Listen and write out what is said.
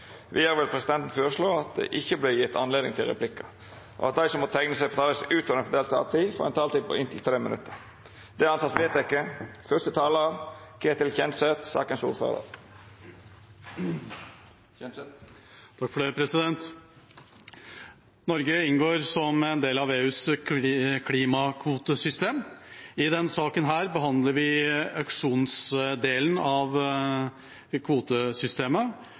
Vidare vil presidenten føreslå at det ikkje vert gjeve høve til replikkar, og at dei som måtte teikna seg på talarlista utover den fordelte taletida, får ei taletid på inntil 3 minutt. – Det er vedteke. Norge inngår som en del av EUs klimakvotesystem. I denne saken behandler vi auksjonsdelen av kvotesystemet